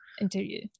interview